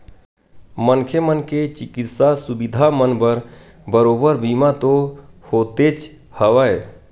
मनखे मन के चिकित्सा सुबिधा मन बर बरोबर बीमा तो होतेच हवय